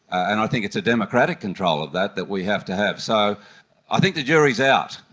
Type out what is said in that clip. and i think it's a democratic control of that that we have to have. so i think the jury is out.